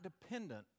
dependent